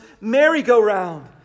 merry-go-round